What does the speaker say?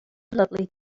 lovely